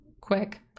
quick